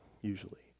usually